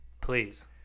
Please